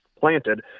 planted